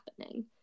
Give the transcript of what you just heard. happening